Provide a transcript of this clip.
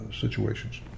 situations